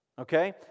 okay